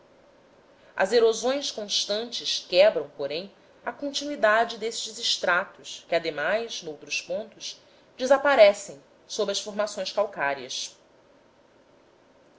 as erosões constantes quebram porém a continuidade desses estratos que ademais noutros pontos desaparecem sob as formações calcárias